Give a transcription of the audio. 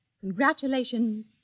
congratulations